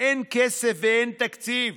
אין כסף ואין תקציב,